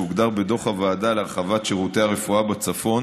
שהוגדר בדוח הוועדה להרחבת שירותי הרפואה בצפון